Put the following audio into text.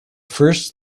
first